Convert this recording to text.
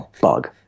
bug